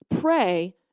Pray